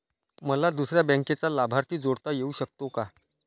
मला दुसऱ्या बँकेचा लाभार्थी जोडता येऊ शकतो का?